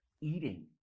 eating